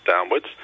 downwards